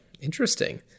Interesting